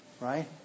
Right